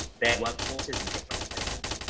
their workforces in different places.